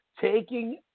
taking